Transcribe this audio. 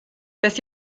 beth